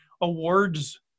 awards